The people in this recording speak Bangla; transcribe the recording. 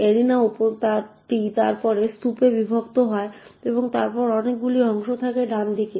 এরিনাটি তারপর স্তূপে বিভক্ত হয় এবং তারপরে অনেকগুলি অংশ থাকে ডানদিকে